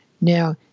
Now